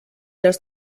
los